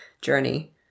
journey